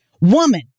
Woman